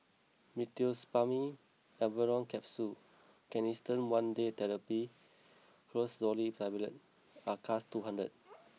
Meteospasmyl Alverine Capsules Canesten one Day Therapy Clotrimazole Tablet and Acardust two hundred